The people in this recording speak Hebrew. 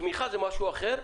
תמיכה זה משהו אחר.